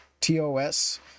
TOS